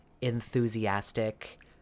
enthusiastic